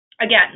Again